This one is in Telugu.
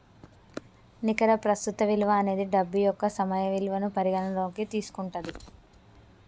నికర ప్రస్తుత విలువ అనేది డబ్బు యొక్క సమయ విలువను పరిగణనలోకి తీసుకుంటది